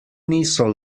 niso